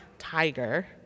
Tiger